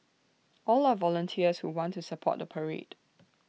all are volunteers who want to support the parade